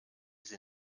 sie